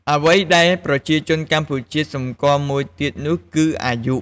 អ្វីដែលប្រជាជនកម្ពុជាសម្គាល់មួយទៀតនោះគឺ អាយុ។